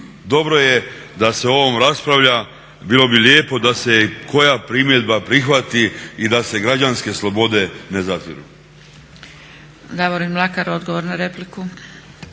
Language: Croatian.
Dobro je da se o ovom raspravlja, bilo bi lijepo da se i koja primjedba prihvati i da se građanske slobode ne zatiru. **Zgrebec, Dragica (SDP)** Davorin Mlakar, odgovor na repliku.